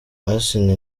asinah